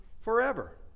forever